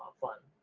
fund.